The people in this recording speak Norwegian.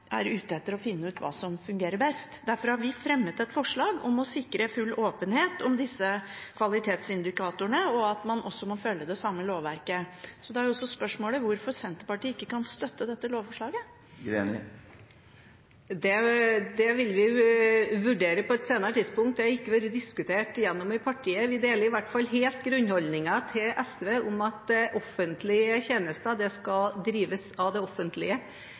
er ute etter å finne ut hva som fungerer best. Derfor har vi fremmet et forslag om å sikre full åpenhet om disse kvalitetsindikatorene, og at man også må følge det samme lovverket. Da er spørsmålet: Hvorfor kan ikke Senterpartiet støtte dette lovforslaget? Det vil vi vurdere på et senere tidspunkt. Det har ikke vært diskutert i partiet. Vi deler i hvert fall SVs grunnholdning om at offentlige tjenester skal drives av det offentlige.